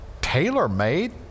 Tailor-made